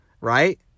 right